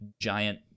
giant